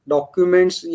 Documents